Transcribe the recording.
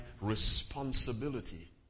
responsibility